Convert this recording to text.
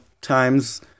times